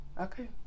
okay